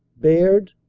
baird,